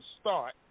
start